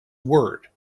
word